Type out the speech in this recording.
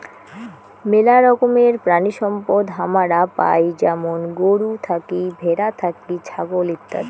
মেলা রকমের প্রাণিসম্পদ হামারা পাই যেমন গরু থাকি, ভ্যাড়া থাকি, ছাগল ইত্যাদি